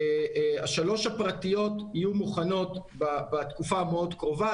השלוש הפרטיות יהיו מוכנות בתקופה המאוד קרובה,